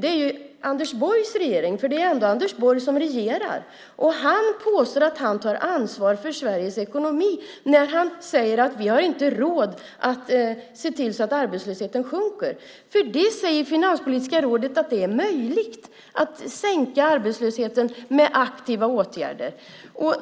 det om Anders Borgs regering; det är ju Anders Borg som regerar. Anders Borg påstår att han tar ansvar för Sveriges ekonomi när han säger att vi inte har råd att se till att arbetslösheten sjunker. Finanspolitiska rådet säger att det är möjligt att sänka arbetslösheten med aktiva åtgärder.